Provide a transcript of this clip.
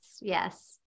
yes